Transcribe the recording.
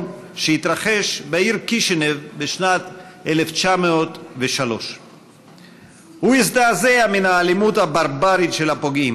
שהתרחש בעיר קישינב בשנת 1903. הוא הזדעזע מן האלימות הברברית של הפוגעים,